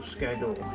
Schedule